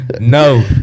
no